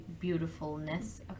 beautifulness